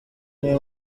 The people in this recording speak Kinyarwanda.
imwe